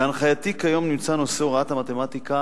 בהנחייתי כיום נושא הוראת המתמטיקה